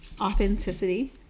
Authenticity